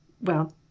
Well